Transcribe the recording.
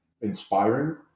inspiring